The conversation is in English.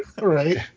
Right